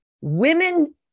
Women